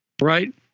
Right